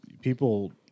people